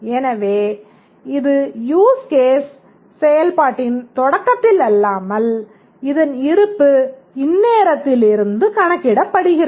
மேலும் இது use case செயல்பாட்டின் தொடக்கத்திலல்லாமல் இதன் இருப்பு இந்நேரத்திலிருந்து கணக்கிடப்படுகிறது